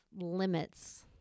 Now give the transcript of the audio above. limits